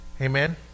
Amen